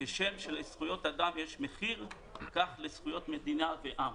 כשם שלזכויות אדם יש מחיר, כך לזכויות מדינה ועם".